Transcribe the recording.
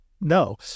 no